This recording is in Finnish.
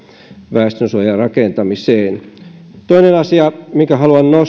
väestönsuojarakentamiseen toinen asia minkä haluan